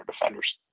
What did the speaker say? defenders